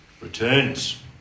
returns